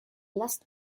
lost